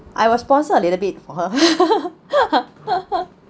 I will sponsor a little bit for her